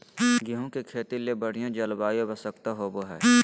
गेहूँ के खेती ले बढ़िया जलवायु आवश्यकता होबो हइ